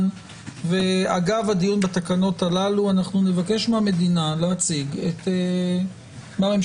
אגב הדיון בתקנות האלה אנחנו נבקש מהממשלה להציג את כל